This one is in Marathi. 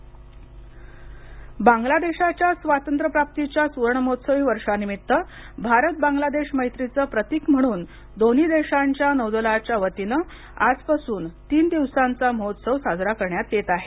बांगलादेश बांगलादेशाच्या स्वातंत्र्य प्राप्तीच्या सुवर्ण महोत्सवी वर्षानिमित्त भारत बांगलादेश मैत्रीचे प्रतीक म्हणून दोन्ही देशांच्या नौदलच्या वतीने आजपासून तीन दिवसांचा महोत्सव साजरा करण्यात येत आहे